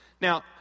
now